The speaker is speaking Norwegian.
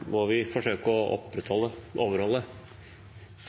må vi prøve å overholde.